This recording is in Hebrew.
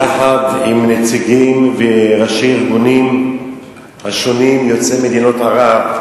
יחד עם נציגים וראשי הארגונים השונים יוצאי מדינות ערב.